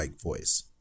voice